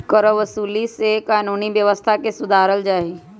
करवसूली से कानूनी व्यवस्था के सुधारल जाहई